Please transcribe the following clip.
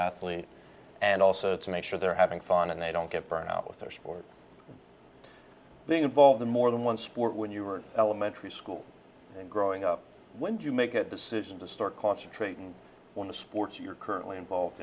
athlete and also to make sure they're having fun and they don't get burnt out with their sport being involved in more than one sport when you were elementary school and growing up when you make a decision to start concentrating on the sports you're currently involved